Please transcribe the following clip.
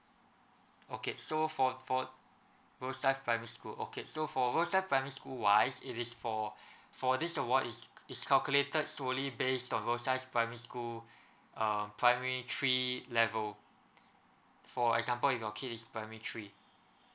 okay so for for primary school okay so for primary school wise it is for for this award it is calculated solely based on primary school um primary three level for example your kid is primary three